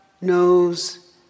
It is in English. knows